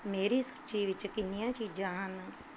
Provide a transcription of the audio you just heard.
ਮੇਰੀ ਸੂਚੀ ਵਿੱਚ ਕਿੰਨੀਆਂ ਚੀਜ਼ਾਂ ਹਨ